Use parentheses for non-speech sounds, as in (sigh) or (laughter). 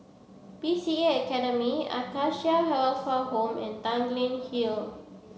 B C A Academy Acacia (unintelligible) Home and Tanglin Hill